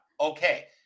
Okay